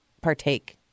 partake